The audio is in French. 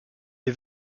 les